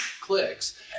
clicks